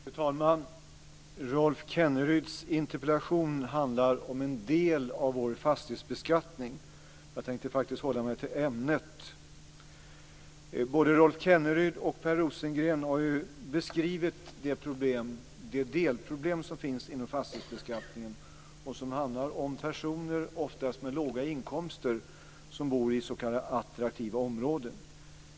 Fru talman! Rolf Kenneryds interpellation handlar om en del av vår fastighetsbeskattning, och jag tänkte faktiskt hålla mig till ämnet. Både Rolf Kenneryd och Per Rosengren har beskrivit det delproblem som finns inom fastighetsbeskattningen och som gäller personer ofta med låga inkomster som bor i s.k. attraktiva områden.